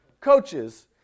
coaches